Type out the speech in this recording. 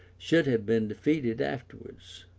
should have been defeated afterwards.